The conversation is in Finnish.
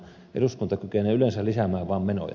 eduskunta kykenee yleensä lisäämään vaan menoja